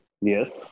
Yes